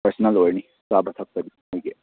personal ꯑꯣꯏꯔꯅꯤ ꯆꯥꯕ ꯊꯛꯄꯒꯤꯗꯤ